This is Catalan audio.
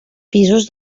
pisos